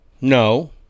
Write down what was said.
No